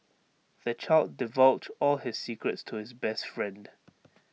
the child divulged all his secrets to his best friend